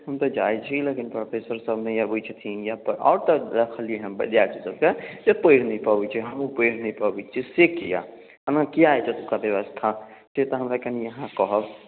हम तऽ जाइत छी लेकिन प्रोफेसरसभ नहि अबैत छथिन या तऽ आओर तऽ देखलियैए विद्यार्थीसभके जे पढ़ि नहि पबैत छै हमहूँ पढ़ि नहि पबैत छी से किया एना किया अछि एतुका व्यवस्था से तऽ अहाँ हमरा कनि कहब